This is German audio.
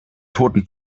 toten